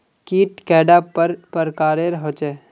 कीट कैडा पर प्रकारेर होचे?